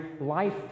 life